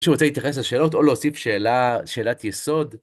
מי שרוצה להתייחס לשאלות, או להוסיף שאלה שאלת יסוד.